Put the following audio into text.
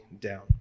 down